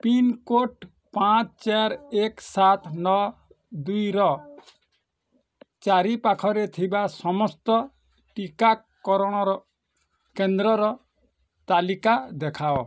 pin code ପାଞ୍ଚ ଚାରି ଏକ ସାତ ନଅ ଦୁଇ ର ଚାରିପାଖରେ ଥିବା ସମସ୍ତ ଟିକାକରଣର କେନ୍ଦ୍ରର ତାଲିକା ଦେଖାଅ